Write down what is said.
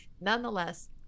nonetheless